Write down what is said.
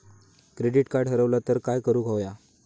Credit card हरवला तर काय करुक होया?